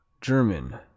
German